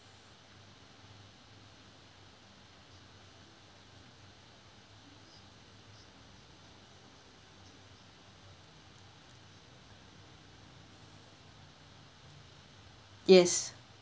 yes